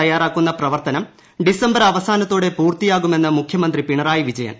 തയ്യാറാക്കുന്ന പ്രവർത്തനം ഡിസംബർ അവസാനത്തോടെ പൂർത്തിയാകുമെന്ന് മുഖ്യമന്ത്രി പിണറായി വിജയൻ